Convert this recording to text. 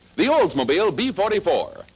the oldsmobile b forty four,